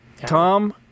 Tom